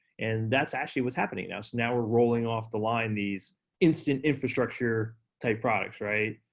and that's actually what's happening now. so now we're rolling off the line, these instant infrastructure type products, right?